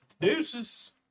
Deuces